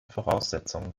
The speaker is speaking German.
voraussetzungen